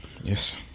yes